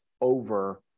over